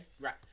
Right